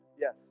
Yes